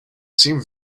seemed